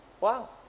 Wow